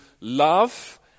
love